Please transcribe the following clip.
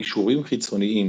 קישורים חיצוניים